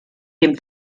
dem